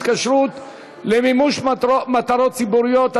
התקשרות למימוש מטרות ציבוריות),